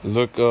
Look